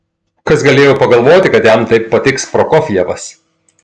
kas galėjo pagalvoti kad jam taip patiks prokofjevas